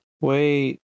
Wait